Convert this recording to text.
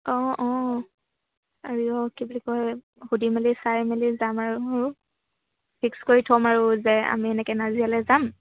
অঁ অঁ আৰু অঁ কি বুলি কয় সুধি মেলি চাই মেলি যাম আৰু ফিক্স কৰি থ'ম আৰু যে আমি এনেকৈ নাজিৰালৈ যাম